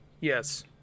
Yes